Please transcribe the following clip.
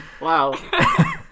Wow